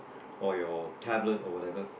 or your tablet or whatever